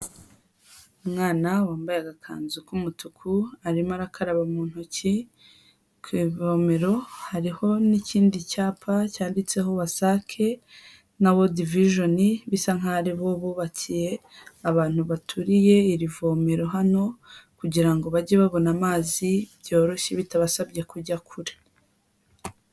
Umwana wambaye agakanzu k'umutuku, arimo arakaraba mu ntoki, ku ivomero hariho n'ikindi cyapa cyanditseho Wasac na World vision, bisa nkaho ari bo bubakiye abantu baturiye iri vomero hano, kugirango bajye babona amazi byoroshye bitabasabye kujya kure.